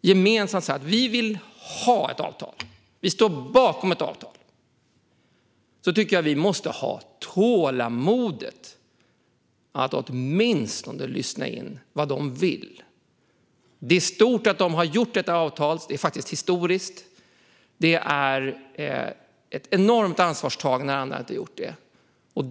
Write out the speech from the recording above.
gemensamt har sagt att de vill ha ett avtal och att de står bakom det tycker jag att vi måste ha tålamodet att åtminstone lyssna in vad det är de vill. Det är stort att de har åstadkommit ett avtal. Det är faktiskt historiskt. Det är ett enormt ansvarstagande.